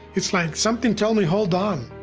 it's like something told me hold on.